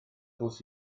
bws